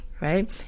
right